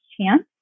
chance